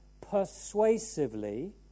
persuasively